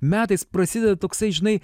metais prasideda toksai žinai